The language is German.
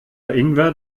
ingwer